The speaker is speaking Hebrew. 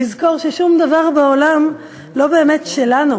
לזכור ששום דבר בעולם לא באמת שלנו,